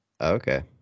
Okay